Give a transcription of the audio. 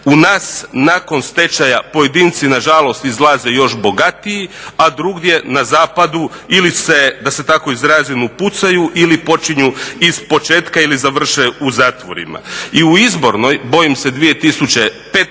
U nas nakon stečaja pojedinci nažalost izlaze još bogatiji, a drugdje na zapadu ili se da se tako izrazim upucaju ili počinju ispočetka ili završe u zatvorima. I u izbornoj bojim se 2015.